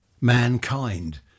mankind